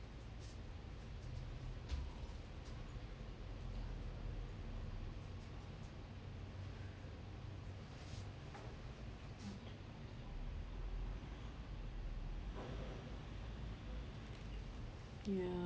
ya